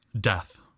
Death